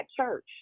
church